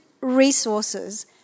resources